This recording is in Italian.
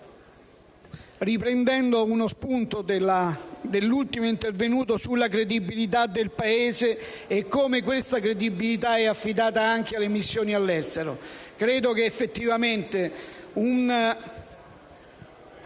prendendo spunto dall'ultimo intervento sulla credibilità del Paese e su come questa credibilità sia affidata anche alle missioni all'estero. Credo che effettivamente un